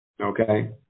okay